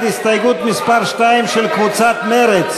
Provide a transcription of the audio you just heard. ההסתייגות מס' 1 לסעיף 1 לא התקבלה.